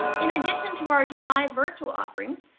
in addition to our july virtual offerings,